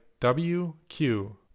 wq